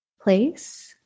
place